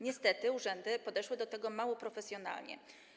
Niestety urzędy podeszły do tego mało profesjonalnie.